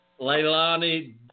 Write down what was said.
Leilani